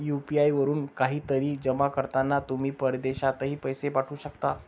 UPI वरून काहीतरी जमा करताना तुम्ही परदेशातही पैसे पाठवू शकता